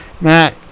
Matt